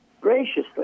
graciously